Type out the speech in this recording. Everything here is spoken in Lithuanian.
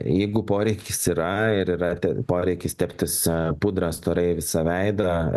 jeigu poreikis yra ir yra poreikis teptis pudra storai visą veidą